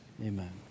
Amen